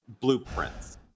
blueprints